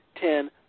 ten